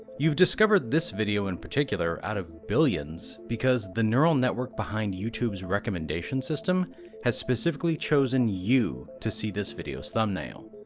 you've discovered this video in particular, out of billions, because the neural network behind youtube's recommendation system has specifically chosen you to see this video's thumbnail.